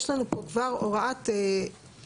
יש לנו פה כבר הוראת מעבר,